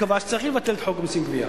קבע שצריך לבטל את פקודת המסים (גבייה).